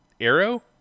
Arrow